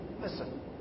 Listen